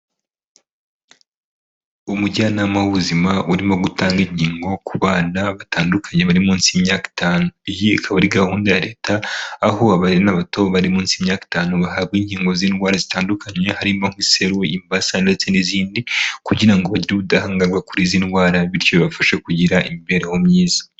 Umujyanama w'ubuzima urimo gutanga inkigo ku bana batandukanye bari munsi y'imyaka itanu, iyi ikaba ari gahunda ya leta aho aba n'abato bari munsi y'imyaka itanu bahabwa inkingo z'indwara zitandukanye harimo nk'iseru, imbasa ndetse n'izindi kugira ngo bagire ubudahangarwa kuri izi ndwara bityo bibafashe kugira imibereho myiza.